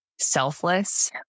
selfless